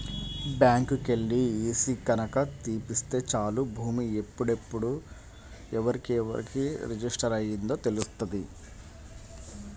బ్యాంకుకెల్లి ఈసీ గనక తీపిత్తే చాలు భూమి ఎప్పుడెప్పుడు ఎవరెవరికి రిజిస్టర్ అయ్యిందో తెలుత్తది